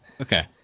Okay